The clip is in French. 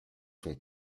sont